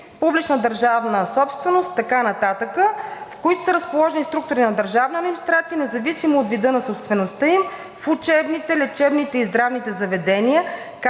публична държавна собственост – и така нататък – в които са разположени структури на държавна администрация, независимо от вида на собствеността им, в учебните, лечебните и здравните заведения,